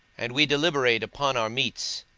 and we deliberate upon our meats,